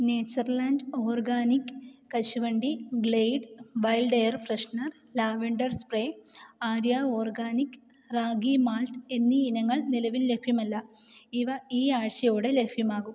nature land organic കശുവണ്ടി glade wild air freshener lavender spray Arya organic ragi malt എന്നീ ഇനങ്ങൾ നിലവിൽ ലഭ്യമല്ല ഇവ ഈ ആഴ്ചയോടെ ലഭ്യമാകും